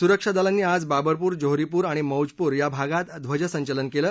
सुरक्षा दलांनी आज बाबरपूर जोहरीपूर आणि मौजपूर या भागात ध्वजसंचलन केलं